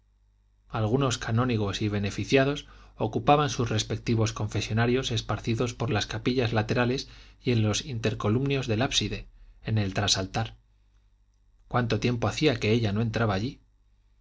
algunos canónigos y beneficiados ocupaban sus respectivos confesonarios esparcidos por las capillas laterales y en los intercolumnios del ábside en el trasaltar cuánto tiempo hacía que ella no entraba allí